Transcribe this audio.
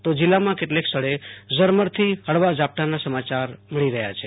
તો જીલ્લામાં કેટલાક ઠેકાણે ઝરમરથી હળવા ઝાપટાના સમાચાર મળી રહ્યા છે